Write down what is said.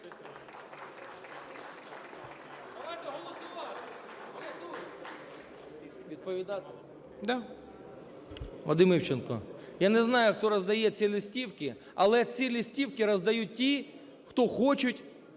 ШАХОВ С.В. Вадим Івченко, я не знаю, хто роздає ці листівки, але ці листівки роздають ті, хто хочуть